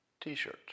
t-shirt